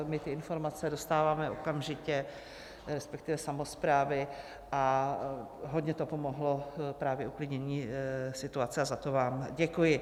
My ty informace dostáváme okamžitě, respektive samosprávy, a hodně to pomohlo uklidnění situace, a za to vám děkuji.